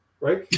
right